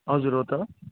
हजुर हो त